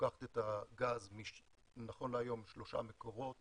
לוקחת את הגז משלושה מקורות